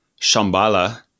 Shambhala